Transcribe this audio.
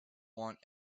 want